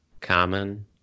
common